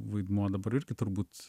vaidmuo dabar irgi turbūt